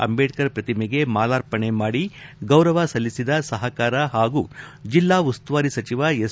ಅಂದೇಡ್ತರ್ ಅವರ ಶ್ರತಿಮೆಗೆ ಮಾಲಾರ್ಪಣೆ ಮಾಡಿ ಗೌರವ ಸಲ್ಲಿಸಿದ ಸಹಕಾರ ಹಾಗೂ ಜಿಲ್ಲಾ ಉಸ್ತುವಾರಿ ಸಚಿವ ಎಸ್